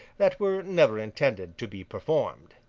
that were never intended to be performed.